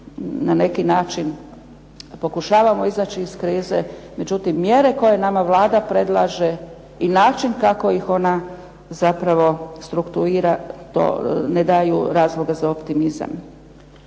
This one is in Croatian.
na neki način pokušavamo izaći iz krize. Međutim, mjere koje nama Vlada predlaže i način kako ih ona zapravo struktuira to ne daju razloga za optimizam.